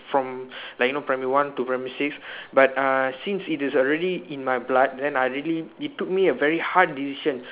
from like you know primary one to primary six but uh since it is already in my blood then I really it took me a very hard decision